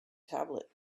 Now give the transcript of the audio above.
tablet